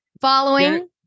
Following